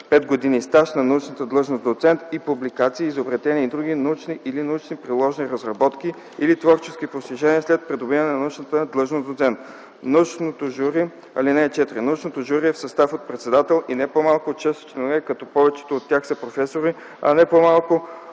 пет години стаж на научната длъжност „доцент” и публикации, изобретения и други научни или научно-приложни разработки или творчески постижения след придобиване на научната длъжност „доцент”. (4) Научното жури е в състав от председател и не по-малко от шест членове, като повечето от тях са професори, а не по-малко